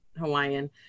Hawaiian